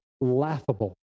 laughable